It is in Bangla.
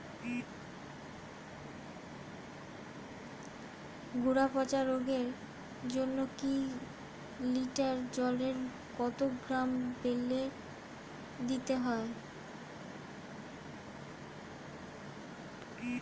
গোড়া পচা রোগের জন্য এক লিটার জলে কত গ্রাম বেল্লের দিতে হবে?